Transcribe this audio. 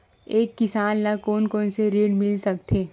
एक किसान ल कोन कोन से ऋण मिल सकथे?